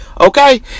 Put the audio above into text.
Okay